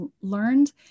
learned